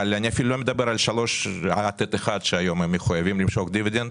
אני אפילו לא מדבר על אלה שהיום מחויבים למשוך דיבידנד